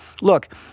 look